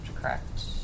correct